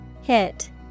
Hit